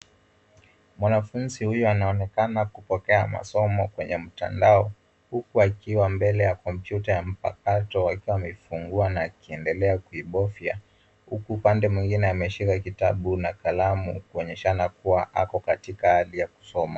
Mwanfunzi huyu anaonekana kupokea masomo kwenye mtandao huku akiwa mbele ya kompyuta ya mpakato akiwa ameifungua na akiendelea kuibofya huku upande mwingine ameshika kitabu na kalamu kuonyeshana kuwa ako katika hali ya kusoma.